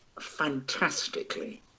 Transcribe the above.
fantastically